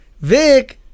Vic